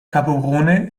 gaborone